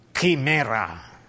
chimera